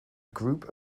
group